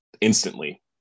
instantly